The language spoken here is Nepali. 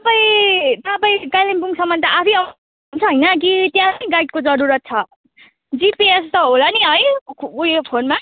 तपाईँ तपाईँ कालिम्पोङसम्म त आफै आउनुहुन्छ होइन कि त्यहाँ पनि गाइडको जरुरत छ जिपीएस त होला नि है उयो फोनमा